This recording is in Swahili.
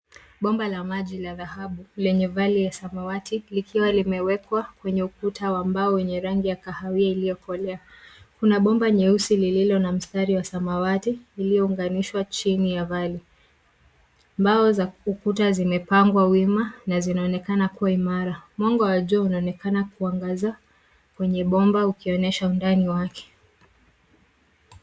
Bomba la maji la dhahabu lenye vali ya samawati, likiwa limewekwa kwenye ukuta wa mbao wenye rangi ya kahawia iliyokolea. Kuna bomba nyeusi lililo na mstari wa samawati liliyounganishwa chini ya vali. Mbao za ukuta zimepangwa wima na zinaonekana kuwa imara. Mwanga wa juu unaonekana kuangaza kwenye bomba ukionyesha undani wake.